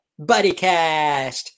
BuddyCast